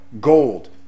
gold